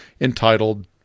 entitled